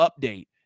update